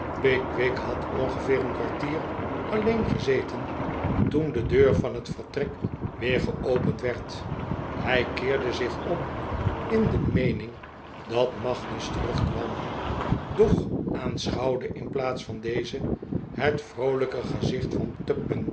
pickwick had ongeveer een kwartier alleen gezeten toen de deur van het vertrek weer geopend werd hij keerde zich om in de meening dat magnus terugkwam doch aanschouwde in plaats van dezen het vroolijke gezicht van